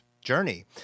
journey